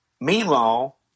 Meanwhile